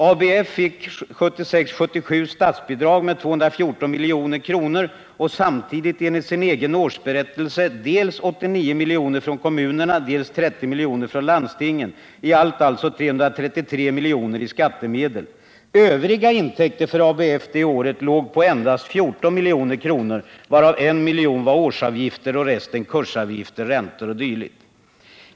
ABF fick 1976/77 statsbidrag med 214 milj.kr. och samtidigt, enligt sin egen årsberättelse, dels 89 miljoner från kommunerna, dels 30 miljoner från landstingen, i allt alltså 333 miljoner i skattemedel. Övriga intäkter för ABF det året låg på endast 14 miljoner, varav 1 miljon var årsavgifter och resten kursavgifter, räntor o.d.